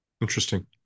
Interesting